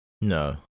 No